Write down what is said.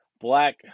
Black